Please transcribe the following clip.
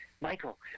Michael